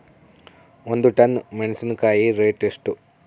ಒಂದು ಟನ್ ಮೆನೆಸಿನಕಾಯಿ ರೇಟ್ ಎಷ್ಟು?